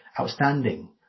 outstanding